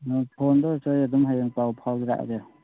ꯅꯣꯏ ꯐꯣꯟꯗ ꯑꯣꯏꯔꯁꯨ ꯑꯩ ꯑꯗꯨꯝ ꯍꯌꯦꯡ ꯄꯥꯎ ꯐꯥꯎꯖꯔꯛꯑꯒꯦ